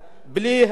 גזע ומין,